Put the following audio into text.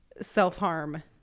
self-harm